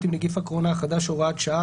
עם נגיף הקורונה החדש (הוראת שעה),